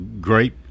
great